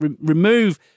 Remove